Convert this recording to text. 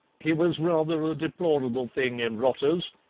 he was rather a deplorable thing in rotters,